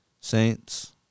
Saints